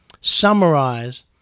summarize